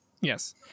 Yes